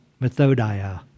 Methodia